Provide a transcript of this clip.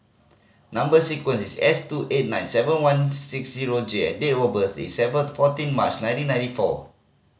number sequence is S two eight nine seven one six zero J and date of birth is seventh fourteen March nineteen ninety four